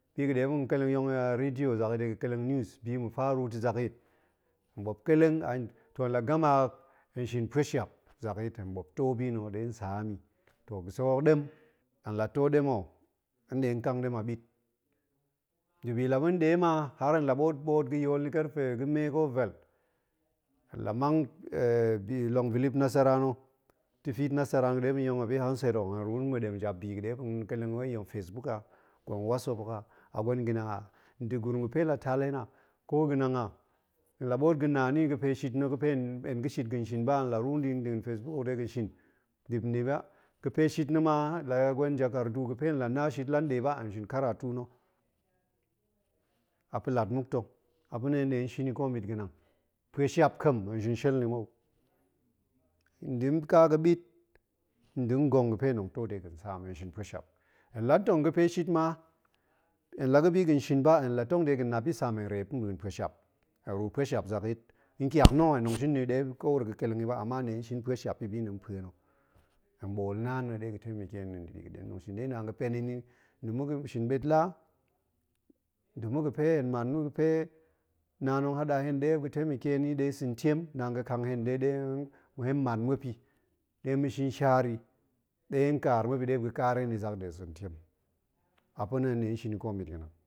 Bi ga̱ ɗe muop ƙleleng yong ni a radio de ga̱ keleng bi ga̱ faru ta̱ zakyit. hen ɓuop ƙelen, to la gama hok, hen shin pueshap zakyit hen ɓuop to bi na̱ ɗe hen saam i. to ga̱ sek hok ɗem, hen la to bi na̱ ho, hen ɗe ƙang ɗem a ɓit. ndibi la ba̱ ɗe ma, haar la ɓoot-ɓoot ga̱ yool i karfe ga̱me ko vel, la mang longvilip nasara na̱, ta̱fit nasara ga̱ ɗe muop yong handset ho, hen ruu ma̱ɗem jap bi ga̱ ɗe muop ƙeleng wai facebook a, gwen wasop hok a, a gwen ga̱ nang a, nda̱ gurum ga̱ fe tal hen a, ko ga̱ nang a, la ɓoot ga̱ na ni ga̱ pe shit na̱ ga̱ fe hen ga̱ shit ga̱n shin ba la ruu ɗi nɗin nfaceebook hok de ga̱n shin, ga̱ pe shit na̱ ma, la gwen jakardu ga̱ fe la na shit la ɗe ba, hen shin karatu na̱, a pa̱ lat muk ta̱, a pa̱na̱ hen ɗe shin i ko ɓit ga̱ nang. pue shap ƙem, hen shin shel ni mou, nda̱ nƙa ga̱ ɓit, nda̱ ngong ga̱ fe tong to de ga̱n saam, hen shit pue shap. hen la ntong ga̱ peshit ma, hen ga̱ bi ga̱n shin ba hen la tong de ga̱n nap yitsaam hen reep ɗin pue shap, hen ruu pue shap zakyit, mƙiak na̱ hen tong shin ni ɗe ko wuro ga̱ ƙeleng i ba, ama hen ɗe shin pue shap i bi na̱ npue na̱, hen ɓool naan ɗe naan na̱ ɗe ga̱ temeke hen nɗin bi ga̱ ɗe na̱ tong shin i, ɗe naan ga̱ pen hen i nda̱ ma̱ ga̱ shin ɓetlaa, nda̱ ma̱ ga̱ fe, hen man ma̱ ga̱ fe naan tong hada hen ɗe muop ga̱ temeke hen i de sa̱n tiem, naan ga̱ ƙang hen i ɗe hen man muop i, ɗe ma̱ shin shaar i, ɗe hen ƙaar muop i ɗe muop ga̱ ƙaar hen i zak de sa̱n tiem, a pa̱na̱ hen ɗe shin i ko ɓit ga̱ nang.